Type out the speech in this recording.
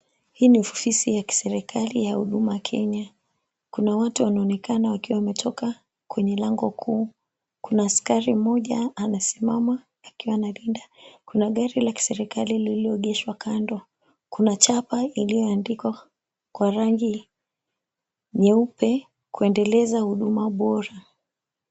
Hii ni ofisi ya kiserikali ya Huduma Kenya. Kuna watu wanaonekana wakiwa wametoka kwenye lango kuu. Kuna askari mmoja anasimama akiwa analinda. Kuna gari la kiserikali lililoegeshwa kando. Kuna chapa iliyoandikwa kwa rangi nyeupe "Kuendeleza Huduma Bora".